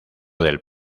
del